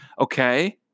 Okay